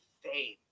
fame